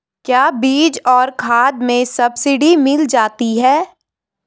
क्या बीज और खाद में सब्सिडी मिल जाती है?